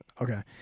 Okay